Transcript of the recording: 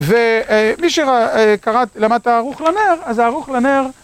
ומי שקרא, למד את הערוך לנר, אז הערוך לנר